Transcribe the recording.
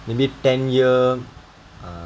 maybe ten year uh